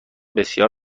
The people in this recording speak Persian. بسیار